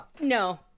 No